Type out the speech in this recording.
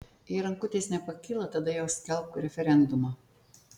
jei rankutės nepakyla tada jau skelbk referendumą